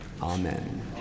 amen